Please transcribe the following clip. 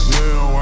now